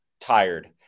tired